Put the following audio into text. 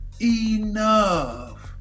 Enough